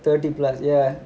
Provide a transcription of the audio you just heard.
thirty plus ya